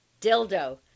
dildo